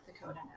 Dakota